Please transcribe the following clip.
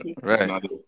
Right